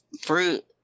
fruit